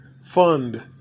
fund